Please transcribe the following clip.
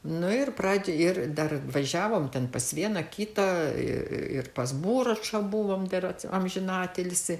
nu ir pradžiai ir dar važiavom ten pas vieną kitą ir pas buračą buvom dar amžinatilsį